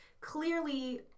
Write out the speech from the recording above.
clearly